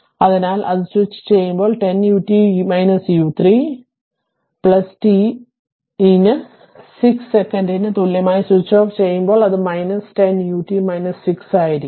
അതിനാൽ അത് സ്വിച്ചുചെയ്യുമ്പോൾ 10 ut u 3 വലത് t ന് 6 സെക്കന്റിന് തുല്യമായി സ്വിച്ച് ഓഫ് ചെയ്യുമ്പോൾ അത് 10 ut 6 ആയിരിക്കും